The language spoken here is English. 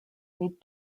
lead